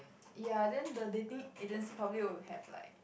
ya then the dating agency probably would have like